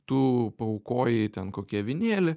tu paaukojai ten kokį avinėlį